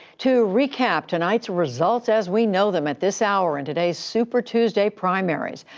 to recap tonight's results as we know them at this hour in today's super tuesday primaries,